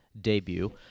debut